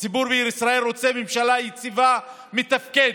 הציבור בישראל רוצה ממשלה יציבה, מתפקדת.